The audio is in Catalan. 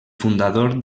fundador